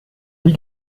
nie